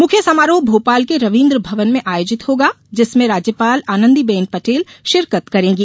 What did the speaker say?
मुख्य समारोह भोपाल के रविंद्र भवन में आयोजित होगा जिसमें राज्यपाल आनंदीबेन पटेल शिरकत करेंगी